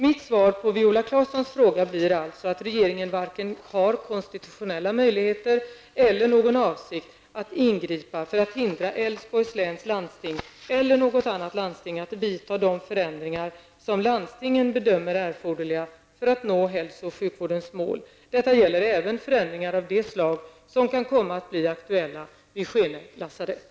Mitt svar på Viola Claessons fråga blir alltså att regeringen varken har konstitutionella möjligheter eller någon avsikt att ingripa för att hindra Älvsborgs läns landsting eller något annat landsting att vidta de förändringar som landstingen bedömer erforderliga för att nå hälso och sjukvårdens mål. Detta gäller även förändringar av det slag som kan komma att bli aktuella vid Skene lasarett.